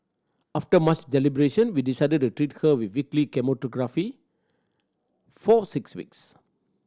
after much deliberation we decided to treat her with weekly chemotherapy for six weeks